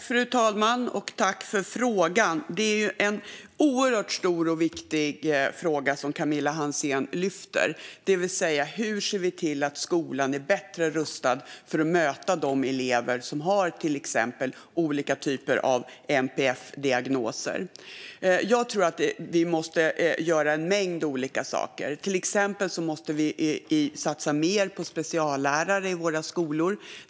Fru talman! Tack, Camilla Hansén, för frågan! Det är en stor och viktig fråga som Camilla Hansén lyfter: Hur ser vi till att skolan är bättre rustad för att möta de elever som har till exempel olika typer av NPF-diagnoser? Jag tror att vi måste göra en mängd olika saker. Till exempel måste vi satsa mer på speciallärare i våra skolor.